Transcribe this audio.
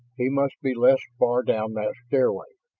he must be less far down that stairway.